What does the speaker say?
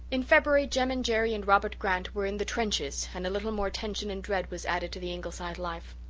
in february jem and jerry and robert grant were in the trenches and a little more tension and dread was added to the ingleside life.